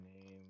name